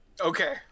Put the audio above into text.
okay